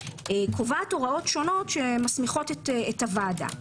קובעת הוראות שונות שמסמיכות את הוועדה.